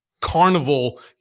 carnival